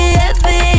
heavy